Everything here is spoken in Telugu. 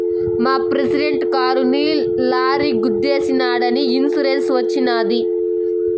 మా ప్రెసిడెంట్ కారుని లారీ గుద్దేశినాదని ఇన్సూరెన్స్ వచ్చినది